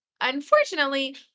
unfortunately